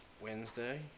Wednesday